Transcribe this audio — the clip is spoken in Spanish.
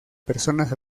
personas